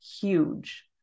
huge